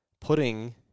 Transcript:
putting